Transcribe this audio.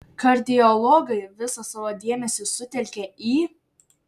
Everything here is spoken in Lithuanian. kardiologai visą savo dėmesį sutelkia į